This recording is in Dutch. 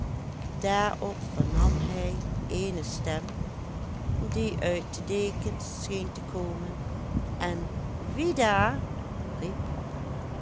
daarop vernam hij eene stem die uit de dekens scheen te komen en wie daar riep